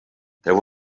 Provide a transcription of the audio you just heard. there